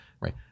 right